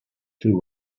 two